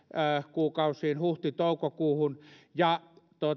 kuukausiin huhti toukokuuhun ja